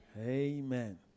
Amen